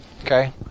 Okay